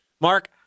Mark